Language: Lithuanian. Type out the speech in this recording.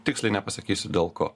tiksliai nepasakysiu dėl ko